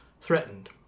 threatened